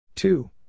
Two